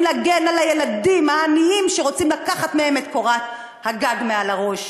להגן על הילדים העניים שרוצים לקחת מהם את קורת הגג מעל הראש.